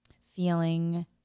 feeling